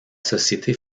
société